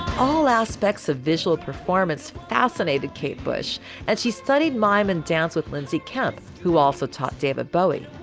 all aspects of visual performance fascinated kate bush and she studied mime and dance with lindsay kemp who also taught david bowie.